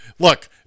Look